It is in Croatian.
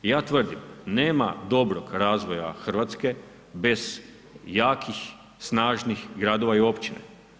I ja tvrdim, nema dobrog razvoja Hrvatske bez jakih snažnih gradova i općina.